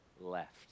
left